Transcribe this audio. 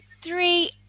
three